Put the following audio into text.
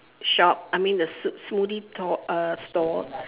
shop I mean the s~ smoothie t~ uh stall